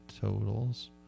totals